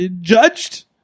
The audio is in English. judged